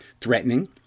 threatening